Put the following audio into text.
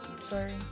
sorry